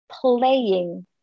playing